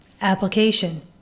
Application